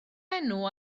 enw